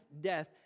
death